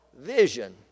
vision